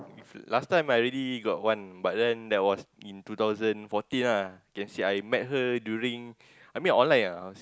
if last time I already got one but then that was in two thousand fourteen ah can say I met her during I met online ah